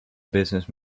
business